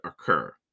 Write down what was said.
occur